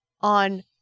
on